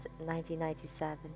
1997